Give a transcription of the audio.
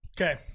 Okay